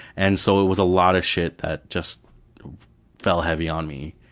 and so it was a lot of shit that just fell heavy on me.